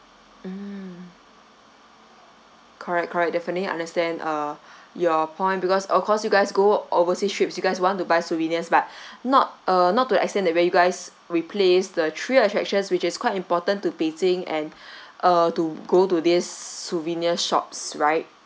mm correct correct definitely understand uh your point because of course you guys go overseas trips you guys want to buy souvenirs but not uh not to extent that where you guys replaced the three attractions which is quite important to beijing and uh to go to this souvenir shops right